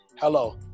hello